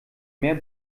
mehr